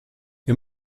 wir